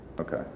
Okay